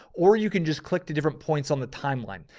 or you can just click the different points on the timeline.